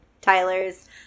Tyler's